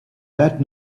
that